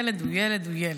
ילד הוא ילד הוא ילד.